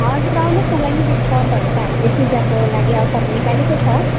हजुर आउनुहोस् न बहिनी डिस्काउन्टहरू त हामीले पूजाको लागि अफर निकालेको छ